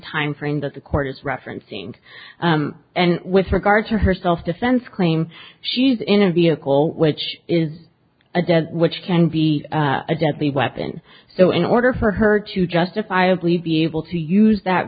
timeframe that the court is referencing and with regard to her self defense claim she's in a vehicle which is a dead which can be a deadly weapon so in order for her to justifiably be able to use that